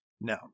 No